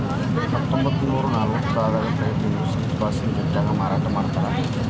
ಹತ್ತೊಂಬತ್ತನೂರ ನಲವತ್ತ್ಯೋಳರಾಗ pet insurance ಪಾಲಿಸಿಯನ್ನ ಬ್ರಿಟನ್ನ್ಯಾಗ ಮಾರಾಟ ಮಾಡ್ಯಾರ